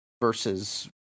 versus